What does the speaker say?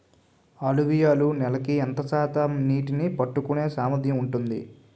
అలువియలు నేల ఎంత శాతం నీళ్ళని పట్టుకొనే సామర్థ్యం ఉంటుంది?